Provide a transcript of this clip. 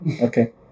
Okay